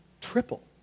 Triple